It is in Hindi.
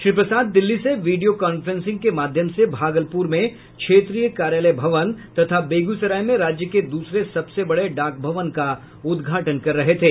श्री प्रसाद दिल्ली से वीडियो कांफ्रेंसिंग के माध्यम से भागलपूर में क्षेत्रीय कार्यालय भवन तथा बेगूसराय में राज्य के दूसरे सबसे बड़े डाक भवन का उद्घाटन कर रहे थे